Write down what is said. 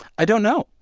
i don't know.